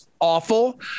awful